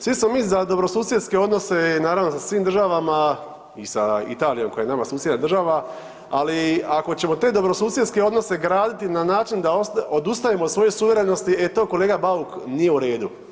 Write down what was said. Svi smo mi za dobrosusjedske odnose i naravno sa svim državama i sa Italijom koja je nama susjedna država, ali ako ćemo te dobrosusjedske odnose graditi na način da odustajemo od suverenosti, e to kolega Bauk nije u redu.